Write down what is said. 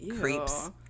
creeps